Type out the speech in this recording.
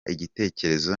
igitekerezo